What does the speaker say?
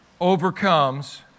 overcomes